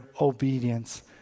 obedience